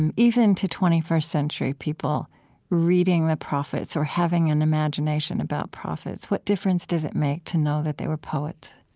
and even to twenty first century people reading the prophets or having an imagination about the prophets. what difference does it make to know that they were poets?